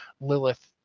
Lilith